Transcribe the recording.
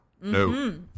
no